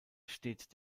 steht